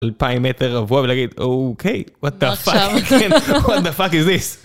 אלפיים מטר לבוא ולהגיד אוקיי What the fuck, what the fuck is this